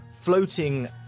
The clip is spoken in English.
floating